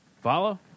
Follow